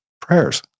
prayers